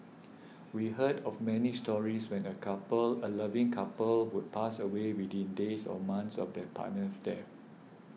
we heard of many stories when a couple a loving couple would pass away within days or months of their partner's death